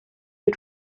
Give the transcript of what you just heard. you